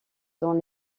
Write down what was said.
dans